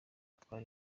atwara